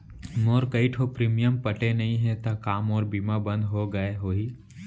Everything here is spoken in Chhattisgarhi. मोर कई ठो प्रीमियम पटे नई हे ता का मोर बीमा बंद हो गए होही?